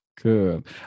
Good